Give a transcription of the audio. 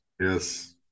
Yes